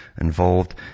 involved